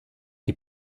die